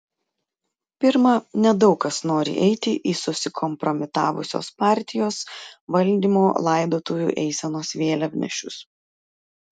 pirma nedaug kas nori eiti į susikompromitavusios partijos valdymo laidotuvių eisenos vėliavnešius